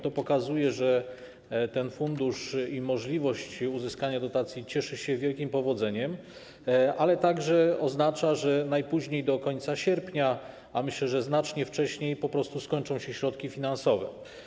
To pokazuje, że ten fundusz i możliwość uzyskania dotacji cieszą się wielkim powodzeniem, ale także oznacza, że najpóźniej do końca sierpnia, a myślę, że znacznie wcześniej, po prostu skończą się środki finansowe.